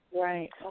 Right